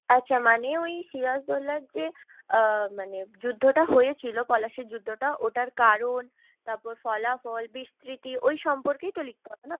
আচ্ছা মানে ওই সিরাজদ্দৌল্লার যে মানে যুদ্ধটা হয়েছিল পলাশির যুদ্ধটা ওটার কারণ তারপর ফলাফল বিস্তৃতি ওই সম্পর্কেই তো লিখতে হবে না